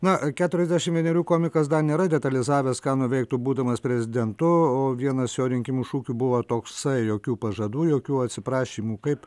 na keturiasdešim vienerių komikas dar nėra detalizavęs ką nuveiktų būdamas prezidentu vienas jo rinkimų šūkių buvo toksai jokių pažadų jokių atsiprašymų kaip